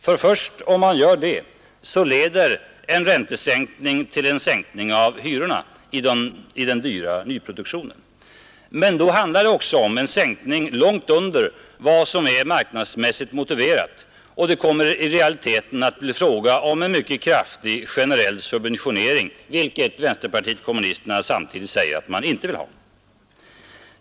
Först om man gör det leder en räntesänkning till en sänkning av hyrorna i den dyra nyproduktionen. Men då handlar det också om en sänkning långt under vad som är marknadsmässigt motiverat, och det kommer i realiteten att bli fråga om en mycket kraftig generell subventionering, vilket vänsterpartiet kommunisterna samtidigt säger sig inte vilja ha.